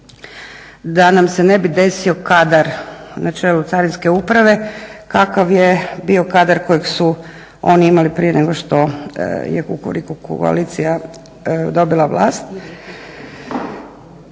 da nam se ne bi desio kadar na čelu Carinske uprave kakav je bio kadar kojeg su oni imali prije nego što je Kukuriku koalicija dobila vlast.